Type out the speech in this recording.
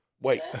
Wait